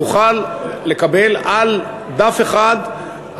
נוכל לקבל על דף אחד,